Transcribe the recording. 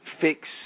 fix